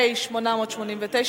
פ/889,